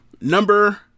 number